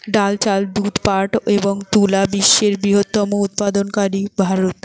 ডাল, চাল, দুধ, পাট এবং তুলা বিশ্বের বৃহত্তম উৎপাদনকারী ভারত